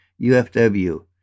UFW